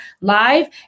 live